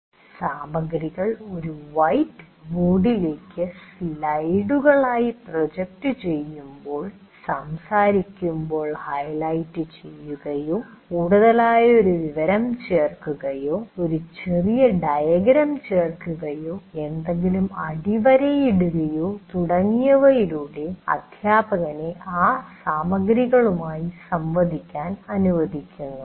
സാമഗ്രികൾ ഒരു വൈറ്റ് ബോർഡിലേക്ക് സ്ലൈഡുകളായി പ്രൊജക്റ്റ് ചെയ്യുമ്പോൾ സംസാരിക്കുമ്പോൾ ഹൈലൈറ്റ് ചെയ്യുകയോ കൂടുതലായ ഒരു വിവരണം ചേർക്കുകയോ ഒരു ചെറിയ ഡയഗ്രം ചേർക്കുകയോ എന്തെങ്കിലും അടിവരയിടുകയോ തുടങ്ങിയവയിലൂടെ അധ്യാപകനെ ആ സാമഗ്രികളുമായി സംവദിക്കാൻ അനുവദിക്കുന്നു